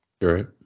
Right